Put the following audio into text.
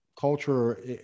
culture